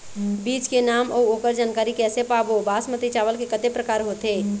बीज के नाम अऊ ओकर जानकारी कैसे पाबो बासमती चावल के कतेक प्रकार होथे?